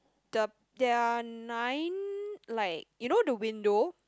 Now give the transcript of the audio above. the there are nine like you know the window